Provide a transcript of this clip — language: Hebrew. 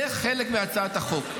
זה חלק מהצעת החוק.